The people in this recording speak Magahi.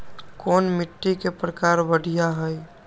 कोन मिट्टी के प्रकार बढ़िया हई?